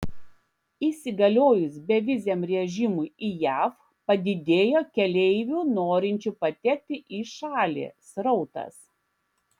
įsigaliojus beviziam režimui į jav padidėjo keleivių norinčių patekti į šalį srautas